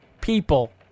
people